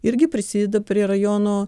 irgi prisideda prie rajono